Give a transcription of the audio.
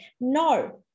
no